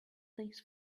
this